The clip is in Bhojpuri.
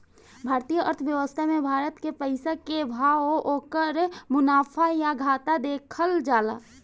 भारतीय अर्थव्यवस्था मे भारत के पइसा के भाव, ओकर मुनाफा या घाटा देखल जाता